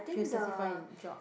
feel satisfied in job